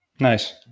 Nice